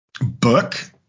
book